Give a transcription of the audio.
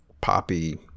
poppy